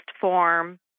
form